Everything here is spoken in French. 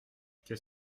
qu’est